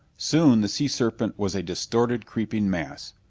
soon the sea-serpent was a distorted, creeping mass.